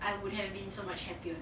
I would have been so much happier